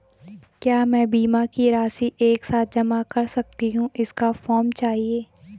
क्या मैं बीमा की राशि एक साथ जमा कर सकती हूँ इसका फॉर्म चाहिए?